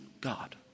God